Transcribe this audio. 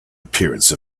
appearance